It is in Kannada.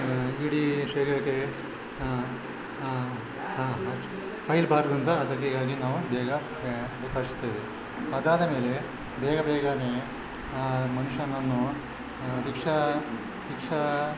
ಇಡೀ ಶರೀರಕ್ಕೆ ಹಚ್ಚ ಬಾರದು ಅಂತ ಅದಕ್ಕೆ ಗಾಗಿ ನಾವು ಬೇಗ ಹಚ್ತೇವೆ ಅದಾದಮೇಲೆ ಬೇಗ ಬೇಗನೇ ಆ ಮನುಷ್ಯನನ್ನು ರಿಕ್ಷಾ ರಿಕ್ಷಾ